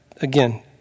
again